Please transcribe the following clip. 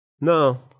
No